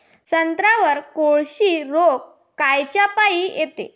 संत्र्यावर कोळशी रोग कायच्यापाई येते?